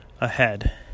ahead